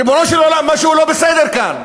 ריבונו של עולם, משהו לא בסדר כאן.